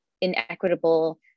inequitable